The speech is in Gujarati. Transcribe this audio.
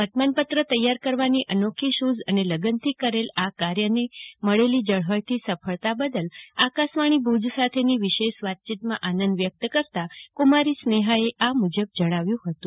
વર્તમાન પત્ર તૈયાર કરવાની અનોખી સૂઝ અને લગનથી કરેલ આ કાર્ય ને મળેલી ઝળફળતી સફળતા બદલ આકાશવાણી ભુજ સાથેની વિશેષ વાતચીતમાં આનંદ કરતા વ્યક્ત કરતા કુમારી સ્નેહાએ આ મુજબ જણાવ્યું હતું